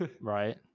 Right